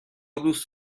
دوست